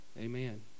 Amen